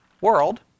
world